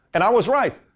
and i was right.